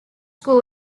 school